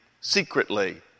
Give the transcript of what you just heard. secretly